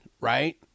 right